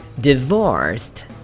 Divorced